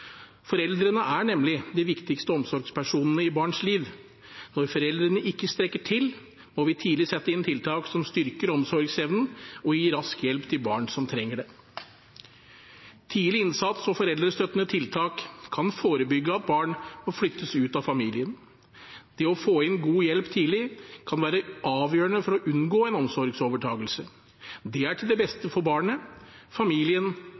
Foreldrene er nemlig de viktigste omsorgspersonene i barns liv. Når foreldrene ikke strekker til, må vi tidlig sette inn tiltak som styrker omsorgsevnen, og gi rask hjelp til barn som trenger det. Tidlig innsats og foreldrestøttende tiltak kan forebygge at barn må flyttes ut av familien. Det å få inn god hjelp tidlig kan være avgjørende for å unngå en omsorgsovertakelse. Det er til det beste for barnet, familien